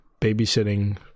babysitting